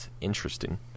interesting